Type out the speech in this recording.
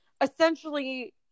essentially